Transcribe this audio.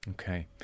Okay